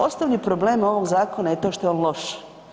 Osnovni problem ovog zakona je to što je on loš.